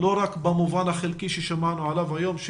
ולא רק במובן החלקי עליו שמענו היום,